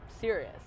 serious